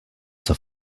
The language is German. zur